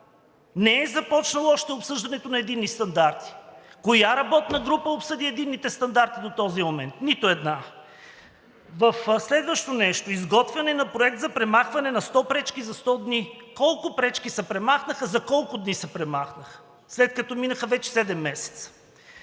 Не е започнало още обсъждането на единни стандарти. Коя работна група обсъди единните стандарти до този момент? Нито една! Следващо нещо – изготвяне на проект за премахване на 100 пречки за 100 дни. Колко пречки се премахнаха, за колко дни се премахнаха, след като минаха вече седем месеца?